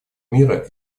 мира